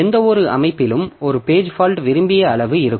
எந்தவொரு அமைப்பிலும் ஒரு பேஜ் ஃபால்ட் விரும்பிய அளவு இருக்கும்